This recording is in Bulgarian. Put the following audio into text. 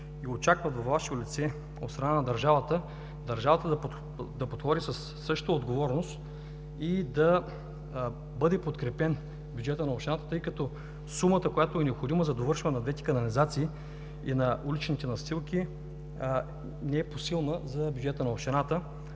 и очакват във Ваше лице от страна на държавата, държавата да подходи със същата отговорност и да бъде подкрепен бюджетът на общината, тъй като сумата, която е необходима за довършване на двете канализации и на уличните настилки, не е посилна за бюджета на общината.